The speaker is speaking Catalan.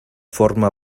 forma